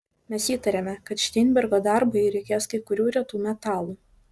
mes įtarėme kad šteinbergo darbui reikės kai kurių retų metalų